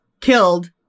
killed